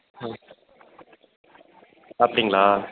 ஆ அப்படிங்களா